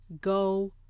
go